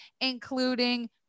including